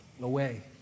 away